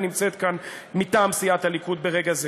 הנמצאת כאן מטעם סיעת הליכוד ברגע זה.